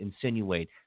insinuate